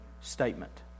statement